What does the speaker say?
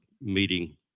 meeting